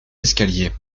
escalier